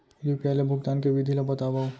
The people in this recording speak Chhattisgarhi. यू.पी.आई ले भुगतान के विधि ला बतावव